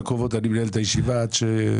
איך להתייחס.